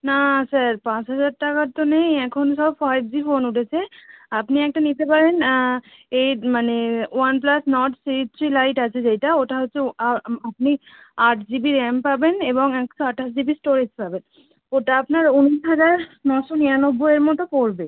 না স্যার পাঁচ হাজার টাকার তো নেই এখন সব ফাইভ জি ফোন উঠেছে আপনি একটা নিতে পারেন এই মানে one plus Nord CE three lite আছে যেইটা ওটা হচ্ছে ও আ আপনি আট জিবি র্যাম পাবেন এবং একশো আটাশ জিবি স্টোরেজ পাবেন ওটা আপনার উনিশ হাজার নশো নিরানব্বইয়ের মতো পড়বে